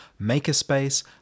Makerspace